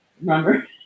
remember